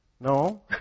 No